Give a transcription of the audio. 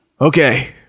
Okay